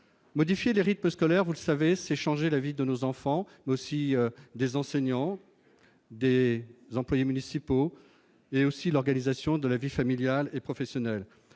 Modifier les rythmes scolaires, vous le savez, c'est changer la vie non seulement des enfants, mais aussi des enseignants et des employés municipaux, ainsi que l'organisation de la vie familiale et professionnelle.